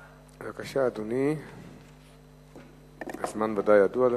בבקשה, אדוני, הזמן ודאי ידוע לך: